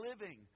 living